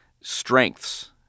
strengths